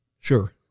Sure